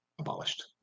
abolished